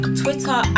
twitter